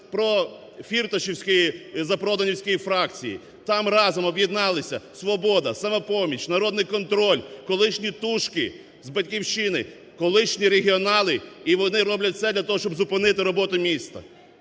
профірташівської запроданської фракції, там разом об'єдналися "Свобода", "Самопоміч", "Народний контроль", колишні "тушки" з "Батьківщини", колишні регіонали, і вони роблять все для того, щоб зупинити роботу міста.